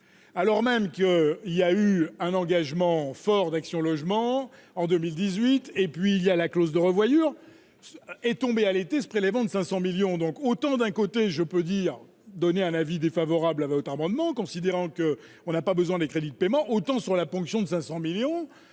alors même qu'il y a eu un engagement fort d'Action Logement en 2018 et puis il y a la clause de revoyure est tombé à l'été, ce prélèvement de 500 millions donc autant d'un côté, je peux dire donner un avis défavorable avait autre amendement considérant qu'on n'a pas besoin des crédits de paiement autant sur la ponction de 500 millions,